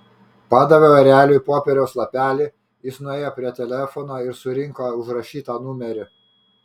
padaviau ereliui popieriaus lapelį jis nuėjo prie telefono ir surinko užrašytą numerį